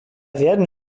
werden